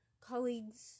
colleagues